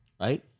Right